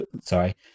sorry